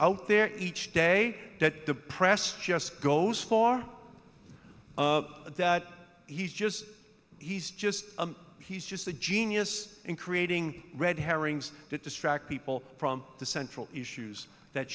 out there is each day that the press just goes for that he's just he's just he's just a genius in creating red herrings to distract people from the central issues that